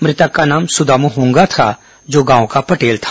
मृतक का नाम सुदाम हूंगा था जो गांव का पटेल था